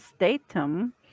Statum